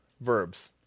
Verbs